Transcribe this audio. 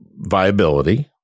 viability